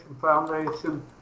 Foundation